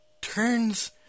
turns